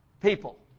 people